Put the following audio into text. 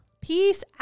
Peace